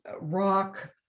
rock